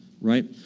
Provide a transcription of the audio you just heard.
right